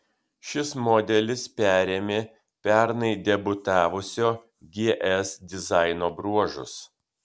šis modelis perėmė pernai debiutavusio gs dizaino bruožus